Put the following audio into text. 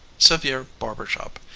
sevier barber-shop.